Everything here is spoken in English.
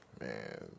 man